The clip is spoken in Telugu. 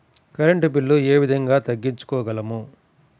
కరెంట్ బిల్లు ఏ విధంగా తగ్గించుకోగలము?